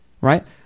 Right